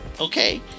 okay